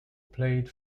played